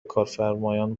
کارفرمایان